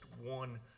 one